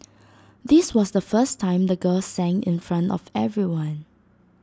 this was the first time the girl sang in front of everyone